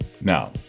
Now